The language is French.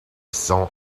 cent